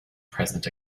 present